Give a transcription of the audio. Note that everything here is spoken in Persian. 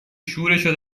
شورشو